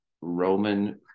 Roman